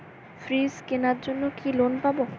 Fridge কেনার জন্য কি লোন পাব?